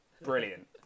brilliant